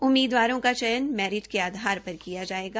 उम्मीदवारों का चयन मैरिट के आधार पर किया जायेगा